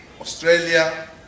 Australia